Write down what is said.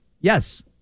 Yes